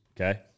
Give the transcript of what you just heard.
Okay